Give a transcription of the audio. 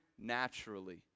naturally